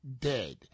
dead